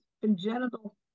congenital